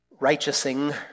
righteousing